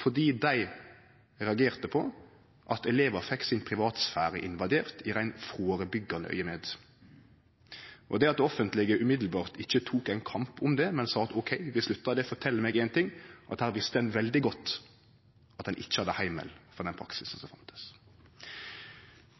fordi dei reagerte på at elevar fekk privatsfæren sin invadert med eit reint førebyggjande siktemål. Det at det offentlege ikkje umiddelbart tok ein kamp om det, men sa ok, vi sluttar, fortel meg éin ting, og det er at her visste ein veldig godt at ein ikkje hadde heimel for den praksisen.